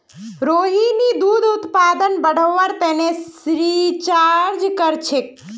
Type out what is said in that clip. रोहिणी दूध उत्पादन बढ़व्वार तने रिसर्च करछेक